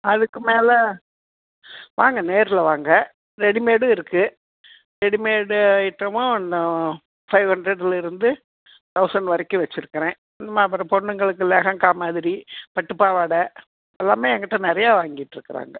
அதுக்கு மேலே வாங்க நேரில் வாங்க ரெடிமேடும் இருக்கு ரெடிமேடு ஐட்டமும் ஃபைவ் ஹண்ட்ரடில் இருந்து தௌசண்ட் வரைக்கும் வச்சு இருக்குறன் அப்புறம் பொண்ணுங்களுக்கு லெஹங்கா மாதிரி பட்டு பாவாடை எல்லாமே என்கிட்ட நிறைய வாங்கிட்டு இருக்காங்க